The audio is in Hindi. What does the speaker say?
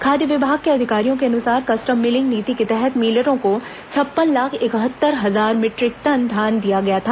खाद्य विभाग के अधिकारियों के अनुसार कस्टम मिलिंग नीति के तहत मिलरों को छप्पन लाख इकहत्तर हजार मीटरिक टन धान दिया गया था